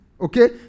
Okay